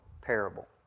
parable